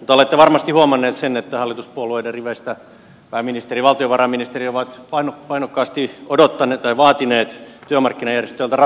mutta olette varmasti huomannut sen että hallituspuolueiden riveistä pääministeri ja valtiovarainministeri ovat painokkaasti vaatineet työmarkkinajärjestöiltä